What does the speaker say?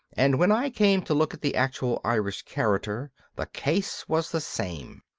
and when i came to look at the actual irish character, the case was the same.